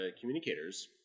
communicators